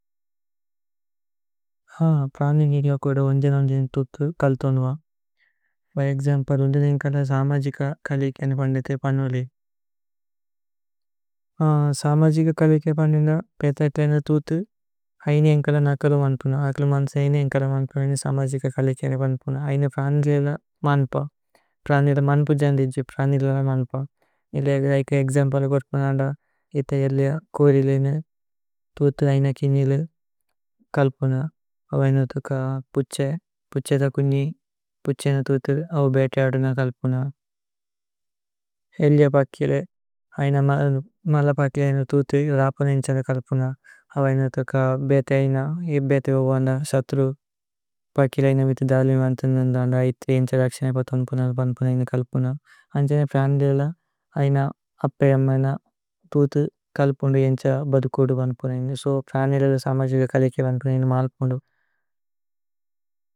പ്രാനിഗില കോദ ഉന്ജന് ഉന്ജന് തുതു കല്ഥോനുഅമ്। ഫോര് ഏക്സമ്പ്ലേ ഉന്ജന് ഏന്കല സാമജിക കലേകേന। പന്ദേതേ പനുലേ സാമജിക കലേകേന പന്ദേന്ദ। പേഥ ഏക്ലേന തുതു അയ്നി ഏന്കല നകല മന്പുന। അക്ല മന്സേ അയ്നി ഏന്കല മന്പുന അയ്നി സാമജിക। കലേകേന മന്പുന അയ്നി പ്രാനിഗിലേല മന്പുഅ। പ്രാനിഗില മന്പുജന് ദിന്ജി പ്രാനിഗിലേല മന്പുഅ। ഏക ഏഗ്ജമ്പല കോര്പനന്ദ ഇഥേ ഏല്ലേ കോരിലേനേ। തുതു അയ്നകിനേലേ അവയിനതുക പുഛേ പുഛേ ത। കുന്ജി പുഛേ ന തുതു അവബേതേ അദുന കല്പുന। ഏല്ല പകിലേ അയ്ന മല്ല പകിലേ അയ്നു തുതു। രാപുന ഏന്ഛന കല്പുന അവയിനതുക ബേതേ। അയ്ന ഇബ്ബേതേ ഓവന്ദ സഥ്രു പകിലേ അയ്ന വിതി। ധലി വന്തന്ദന്ദ അയ്തി ഏന്ഛ ലക്ശനൈ പതു। മന്പുന ഏന്ഛ കല്പുന ഉന്ജന് പ്രാനിഗിലേല। അയ്ന അപ്പേ അമ്മന തുതു കല്പുന്ദ ഏന്ഛ। ബദുകോദു മന്പുന ഏന്സോ പ്രാനിഗിലേല സമജിഗ। കലേക മന്പുന ഏന്നു മലപുന്ദു।